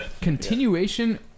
continuation